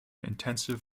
intensive